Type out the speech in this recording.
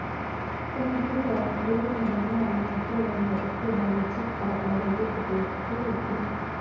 समुद्री शैवाल के रूप में जाने वाला मैक्रोएल्गे के वाणिज्यिक और औद्योगिक उपयोग भी होते हैं